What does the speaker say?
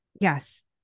Yes